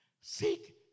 Seek